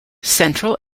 central